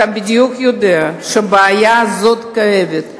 אתה יודע בדיוק שהבעיה הכואבת הזאת,